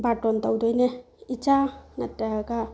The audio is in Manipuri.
ꯕꯥꯔꯇꯣꯟ ꯇꯧꯗꯣꯏꯅꯦ ꯏꯆꯥ ꯅꯠꯇ꯭ꯔꯒ